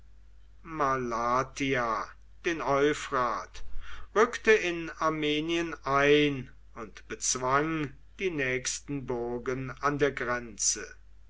den euphrat rückte in armenien ein und bezwang die nächsten burgen an der grenze